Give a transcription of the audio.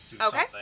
Okay